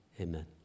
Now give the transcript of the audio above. Amen